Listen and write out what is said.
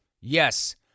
Yes